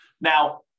Now